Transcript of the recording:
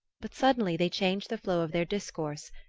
but suddenly they changed the flow of their discourse,